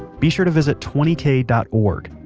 be sure to visit twenty k dot org.